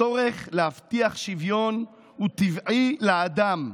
הצורך להבטיח שוויון הוא טבעי לאדם,